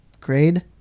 grade